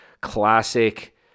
classic